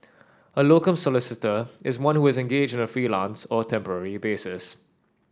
a locum solicitor is one who is engaged on a freelance or temporary basis